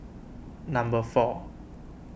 number four